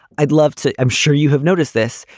i'd love to. i'm sure you have noticed this.